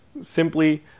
simply